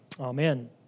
Amen